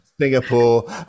Singapore